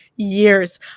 Years